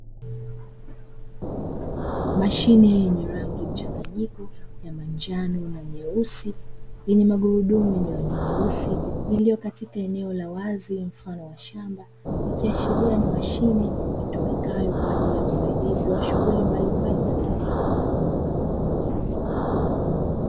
Mashine yenye rangi mchanganyiko ya manjano na nyeusi, yenye magurudumu yenye rangi nyeusi, iliyo katika eneo la wazi mfano wa shamba, ikiashiria ni mashine itumikayo kwa ajili ya usaidizi wa shughuli mbalimbali za kilimo.